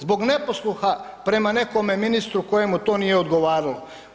Zbog neposluha prema nekome ministru kojemu to nije odgovaralo.